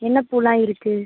என்ன பூவெலாம் இருக்குது